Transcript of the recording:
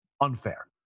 unfair